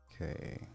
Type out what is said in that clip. Okay